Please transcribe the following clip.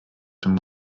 dem